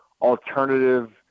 alternative